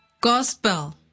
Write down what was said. Gospel